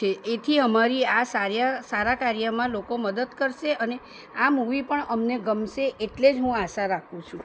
છે એથી અમારી સારા કાર્યમાં લોકો મદદ કરશે અને આ મૂવી પણ અમને ગમશે એટલે જ હું આશા રાખું છું